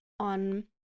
on